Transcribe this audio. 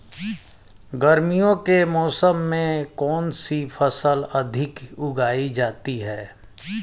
गर्मियों के मौसम में कौन सी फसल अधिक उगाई जाती है?